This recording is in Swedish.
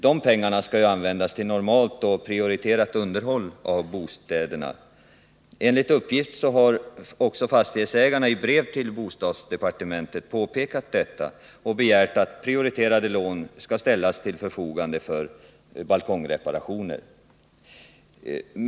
Dessa pengar skall ju användas till normalt och prioriterat underhåll av bostäderna. Enligt uppgift har också fastighetsägarna i brev till bostadsdepartementet påpekat detta och begärt att prioriterade lån ställs till förfogande för balkongreparationer.